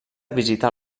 visitar